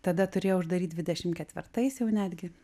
tada turėjo uždaryt dvidešim ketvirtais jau netgi